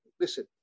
Listen